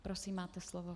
Prosím, máte slovo.